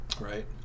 right